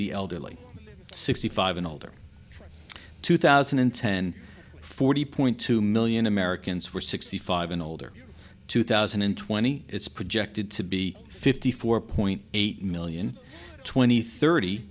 the elderly sixty five and older two thousand and ten forty point two million americans were sixty five and older two thousand and twenty it's projected to be fifty four point eight million twenty thirty